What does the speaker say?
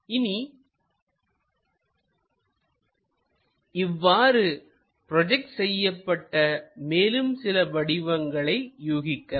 இனி இவ்வாறு ப்ரோஜெக்ட் செய்யப்பட்ட மேலும் சில வடிவங்களை யூகிக்கலாம்